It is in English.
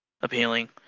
appealing